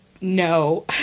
no